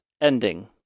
ending